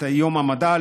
את יום המדע,